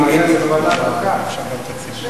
זה ועדת חוקה?